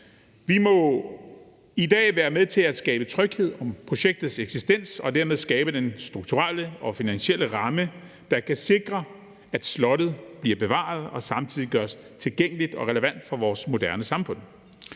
Vi må i dag være med til at skabe tryghed om projektets eksistens og dermed skabe den strukturelle og finansielle ramme, der kan sikre, at slottet bliver bevaret og samtidig gøres tilgængeligt og relevant for vores moderne samfund.